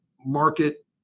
market